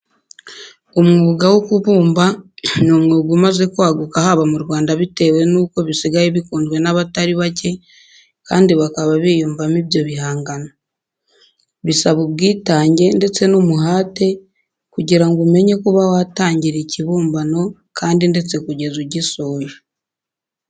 Umwuga wo kubumba ni umwuga umaze kwaguka haba mu Rwanda bitewe n'uko bisigaye bikunzwe n'abatari bake kandi bakaba biyumvamo ibyo bihangano. Bisaba ubwitange ndetse n'umuhate kugira ngo umenye kuba watangira ikibumbano kandi ndetse kugeza ugisoje.